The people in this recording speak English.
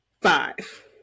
five